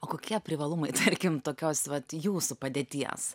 o kokie privalumai tarkim tokios vat jūsų padėties